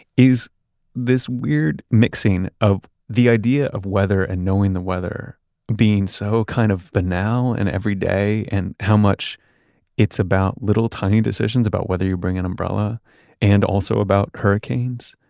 is this weird mixing of the idea of weather and knowing the weather being so kind of the now and every day and how much it's about little tiny decisions about whether you bring an umbrella and also about hurricanes.